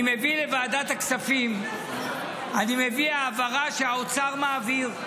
אני מביא לוועדת הכספים העברה שהאוצר מעביר,